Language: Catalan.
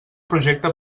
projecte